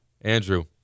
Andrew